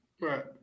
Right